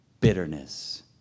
bitterness